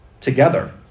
together